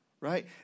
Right